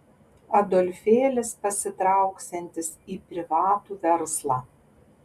adolfėlis pasitrauksiantis į privatų verslą